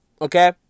Okay